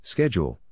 Schedule